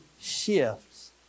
shifts